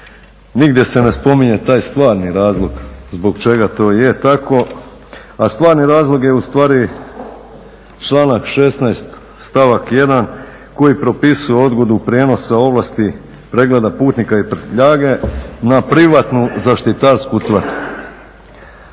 nigdje se ne spominje taj stvarni razlog zbog čega to je tako. A stvarni razlog je ustvari članak 16.stavak 1.koji propisuje odgodu prijenosa ovlasti pregleda putnika i prtljage na privatnu zaštitarsku tvrtku.